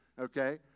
Okay